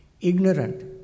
ignorant